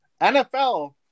NFL